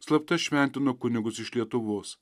slapta šventino kunigus iš lietuvos